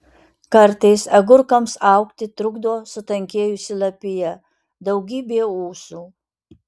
kartais agurkams augti trukdo sutankėjusi lapija daugybė ūsų